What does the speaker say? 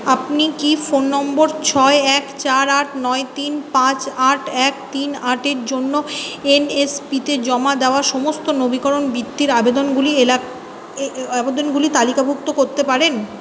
আপনি কি ফোন নম্বর ছয় এক চার আট নয় তিন পাঁচ আট এক তিন আটের জন্য এনএসপি তে জমা দেওয়া সমস্ত নবীকরণ বৃত্তির আবেদনগুলি আবেদনগুলি তালিকাভুক্ত করতে পারেন